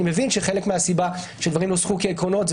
אני מבין שחלק מהסיבה שדברים נוסחו כעקרונות זה